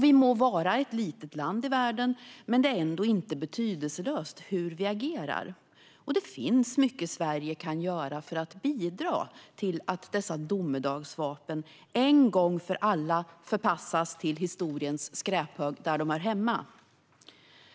Vi må vara ett litet land i världen, men det är ändå inte betydelselöst hur vi agerar. Och det finns mycket som Sverige kan göra för att bidra till att dessa domedagsvapen en gång för alla förpassas till historiens skräphög, där de hör hemma.